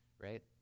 right